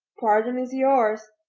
pardon is yours!